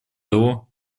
того